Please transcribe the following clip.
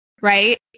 right